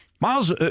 Miles